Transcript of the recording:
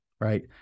right